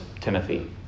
Timothy